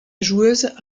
joueuse